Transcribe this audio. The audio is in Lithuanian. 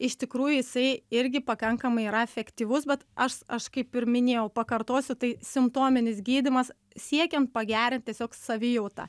iš tikrųjų jisai irgi pakankamai yra efektyvus bet aš aš kaip ir minėjau pakartosiu tai simptominis gydymas siekian pagerint tiesiog savijautą